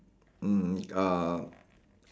mm uh